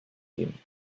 dem